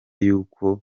y’uko